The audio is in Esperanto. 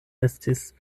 estis